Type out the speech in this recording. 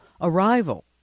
arrival